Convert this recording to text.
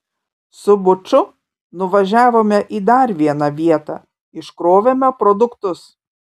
su buču nuvažiavome į dar vieną vietą iškrovėme produktus